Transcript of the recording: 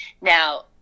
Now